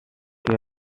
que